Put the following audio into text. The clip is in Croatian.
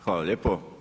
Hvala lijepo.